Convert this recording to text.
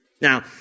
Now